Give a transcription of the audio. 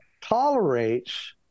tolerates